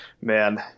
Man